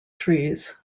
trees